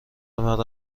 مرا